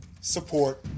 support